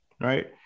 right